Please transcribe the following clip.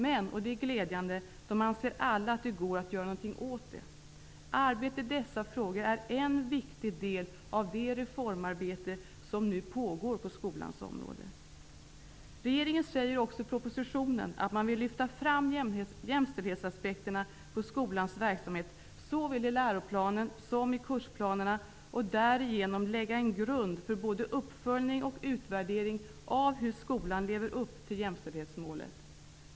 Men -- och det är glädjande -- de anser alla att det går att göra någonting åt det. Arbetet med dessa frågor är en viktig del av det reformarbete som nu pågår på skolans område. Regeringen säger också i propositionen att man vill lyfta fram jämställdhetsaspekterna på skolans verksamhet såväl i läroplanen som i kursplanerna och därigenom lägga en grund för både uppföljning och utvärdering av hur skolan lever upp till jämställdhetsmålet.